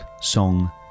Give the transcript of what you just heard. song